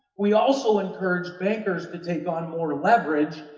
we also encouraged bankers to take on more leverage,